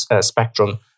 spectrum